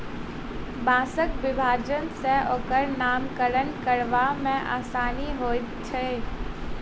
बाँसक विभाजन सॅ ओकर नामकरण करबा मे आसानी होइत छै